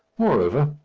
moreover,